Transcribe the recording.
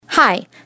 Hi